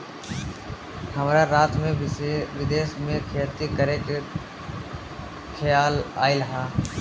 हमरा रात में विदेश में खेती करे के खेआल आइल ह